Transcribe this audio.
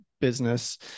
business